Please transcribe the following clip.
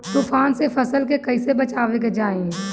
तुफान से फसल के कइसे बचावे के चाहीं?